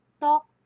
talk